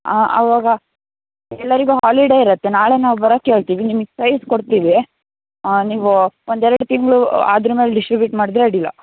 ಹಾಂ ಆವಾಗ ಎಲ್ಲರಿಗು ಹಾಲಿಡೇ ಇರುತ್ತೆ ನಾಳೆ ನಾವು ಬರಕೆ ಹೇಳ್ತಿವಿ ನಿಮಿಗೆ ಸೈಝ್ ಕೊಡ್ತೀವಿ ನೀವು ಒಂದು ಎರಡು ತಿಂಗಳು ಆದ್ ಮೇಲೆ ಡಿಸ್ಟ್ರಿಬ್ಯುಟ್ ಮಾಡಿದ್ರೆ ಅಡ್ಡಿಲ್ಲ